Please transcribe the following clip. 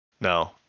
No